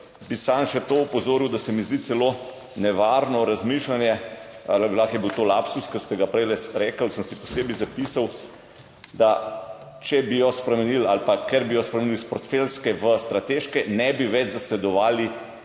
Bi samo še na to opozoril, da se mi zdi celo nevarno razmišljanje – lahko, je bil to lapsus, ki ste ga prej rekli, sem si posebej zapisal – da če bi jo spremenili ali pa ker bi jo spremenili s portfeljske v strateške, ne bi več zasledovali